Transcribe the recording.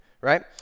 right